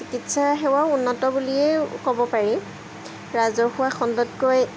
চিকিৎসা সেৱাও উন্নত বুলিয়েই ক'ব পাৰি ৰাজহুৱা খণ্ডতকৈ